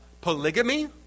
polygamy